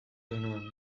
zenuen